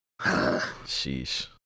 sheesh